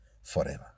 forever